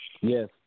Yes